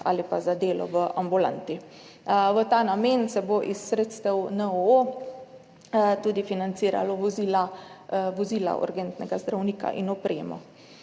ali pa za delo v ambulanti. V ta namen se bo iz sredstev NOO tudi financiralo vozila urgentnega zdravnika in opremo.